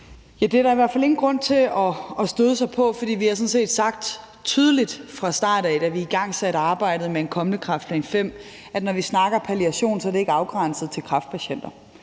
Det er der i hvert fald ingen grund til at støde sig på, for vi har sådan set sagt tydeligt fra start af, altså da vi igangsatte arbejdet med en kommende kræftplan V, at når vi snakker palliation, er det ikke afgrænset til kræftpatienter.